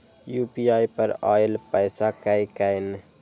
UPI पर आएल पैसा कै कैन?